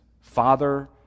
Father